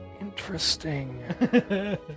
Interesting